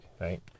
right